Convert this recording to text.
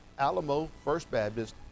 alamofirstbaptist